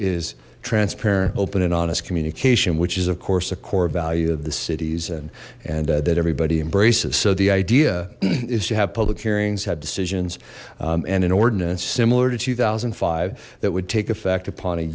is transparent open and honest communication which is of course a core value of the cities and and that everybody embraces so the idea is to have public hearings have decisions and an ordinance similar to two thousand and five that would take effect upon